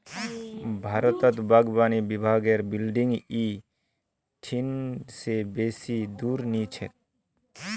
भारतत बागवानी विभागेर बिल्डिंग इ ठिन से बेसी दूर नी छेक